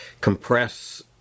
compress